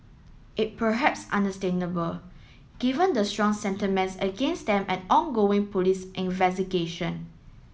it perhaps understandable given the strong sentiments against them and ongoing police investigation